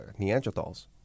Neanderthals